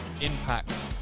impact